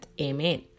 Amen